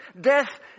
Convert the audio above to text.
Death